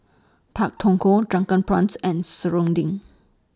Pak Thong Ko Drunken Prawns and Serunding